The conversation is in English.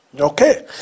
Okay